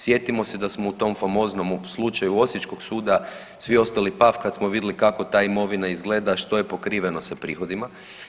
Sjetimo se da smo u tom famoznom slučaju osječkog suda svi ostali paf kad smo vidjeli kako ta imovina izgleda, a što je pokriveno sa prihodima.